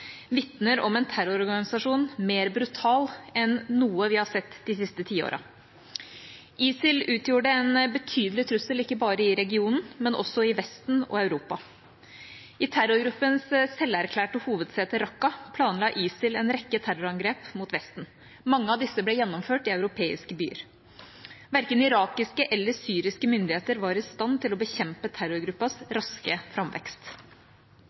vitner om en terrororganisasjon mer brutal enn noe vi har sett de siste tiårene. ISIL utgjorde en betydelig trussel ikke bare i regionen, men også i Vesten og Europa. I terrorgruppens selverklærte hovedsete Raqqa planla ISIL en rekke terrorangrep mot Vesten. Mange av disse ble gjennomført i europeiske byer. Verken irakiske eller syriske myndigheter var i stand til å bekjempe terrorgruppas raske framvekst.